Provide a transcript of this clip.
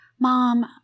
Mom